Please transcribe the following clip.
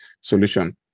solution